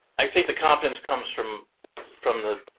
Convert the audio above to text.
i think the confidence comes from from the